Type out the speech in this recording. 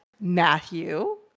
matthew